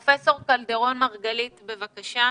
פרופ' קלדרון-מרגלית, בבקשה.